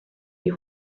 die